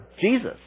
Jesus